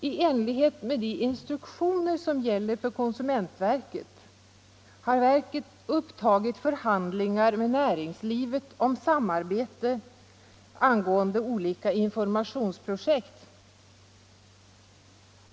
I enlighet med de instruktioner som gäller för konsumentverket har verket upptagit förhandlingar med näringslivet om samarbete angående olika informationsprojekt.